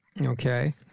Okay